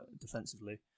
defensively